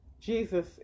Jesus